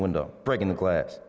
the window breaking the glass